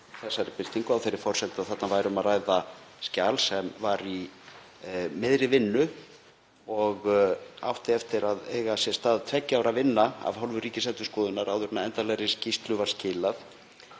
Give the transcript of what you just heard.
þessari birtingu á þeirri forsendu að þarna væri um að ræða skjal sem var í miðri vinnu og átti eftir að eiga sér stað tveggja ára vinna af hálfu Ríkisendurskoðunar áður en endanlegri skýrslu var skilað.